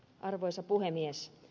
arvoisa puhemies